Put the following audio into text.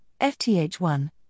FTH1